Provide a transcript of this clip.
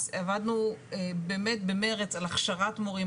עבדנו באמת במרץ על הכשרת מורים,